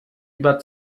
über